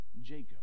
Jacob